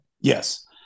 Yes